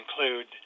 include